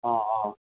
অঁ অঁ